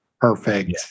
perfect